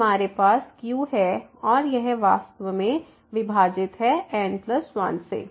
तो हमारे पास q है और यह वास्तव मेंविभाजित है N1 से